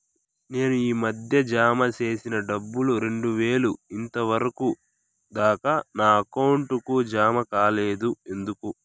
నేను ఈ మధ్య జామ సేసిన డబ్బులు రెండు వేలు ఇంతవరకు దాకా నా అకౌంట్ కు జామ కాలేదు ఎందుకు?